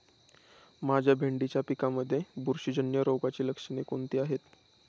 माझ्या भेंडीच्या पिकामध्ये बुरशीजन्य रोगाची लक्षणे कोणती आहेत?